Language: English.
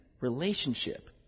relationship